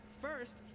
first